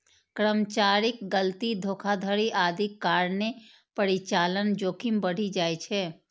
कर्मचारीक गलती, धोखाधड़ी आदिक कारणें परिचालन जोखिम बढ़ि जाइ छै